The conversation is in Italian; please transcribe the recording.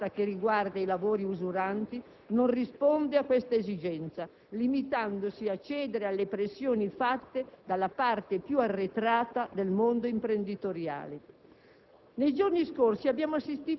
La timida e povera proposta che riguarda i lavori usuranti non risponde a questa esigenza, limitandosi a cedere alle pressioni fatte dalla parte più arretrata del mondo imprenditoriale.